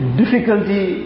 difficulty